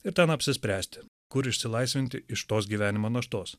ir ten apsispręsti kur išsilaisvinti iš tos gyvenimo naštos